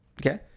Okay